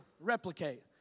replicate